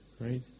Right